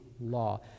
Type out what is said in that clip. law